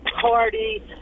Party